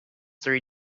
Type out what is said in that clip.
three